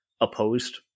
opposed